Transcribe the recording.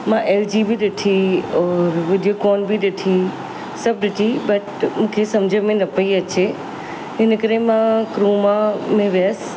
मां एलजी बि ॾिठी और वीडियोकॉन बि ॾिठी सभु ॾिठी बट मूंखे सम्झ में न पई अचे हिन करे मां क्रोमा में वियसि